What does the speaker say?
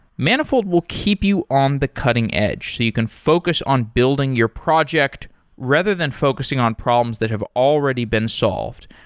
manifold will keep you on the cutting-edge so you can focus on building your project rather than focusing on problems that have already been solved.